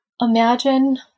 imagine